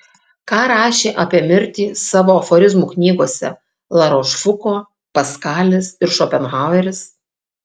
ką rašė apie mirtį savo aforizmų knygose larošfuko paskalis ir šopenhaueris